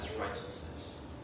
righteousness